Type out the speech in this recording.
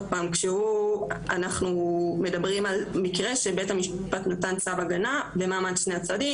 אנחנו מדברים על מקרה שבית המשפט נתן צו הגנה במעמד שני הצדדים,